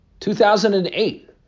2008